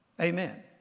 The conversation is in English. Amen